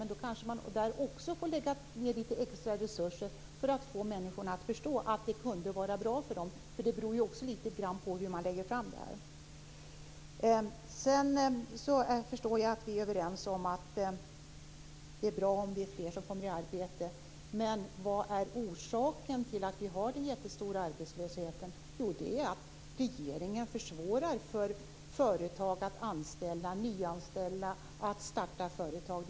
Men då får man kanske lägga ned litet extra resurser för att få människorna att förstå att det kan vara bra för dem. Det beror också litet grand på hur man lägger fram det. Jag förstår att vi är överens om att det är bra om fler kommer i arbete. Men vad är orsaken till att vi har en jättestor arbetslöshet? Jo, det är att regeringen försvårar för företag att nyanställa och för blivande företagare att starta företag.